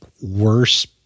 worse